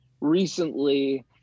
recently